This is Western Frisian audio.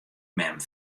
mem